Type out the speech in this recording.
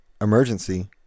emergency